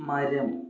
മരം